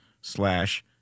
slash